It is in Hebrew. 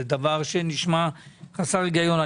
זה דבר שנשמע חסר היגיון.